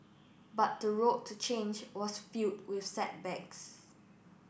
but the road to change was filled with setbacks